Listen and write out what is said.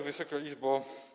Wysoka Izbo!